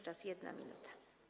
Czas - 1 minuta.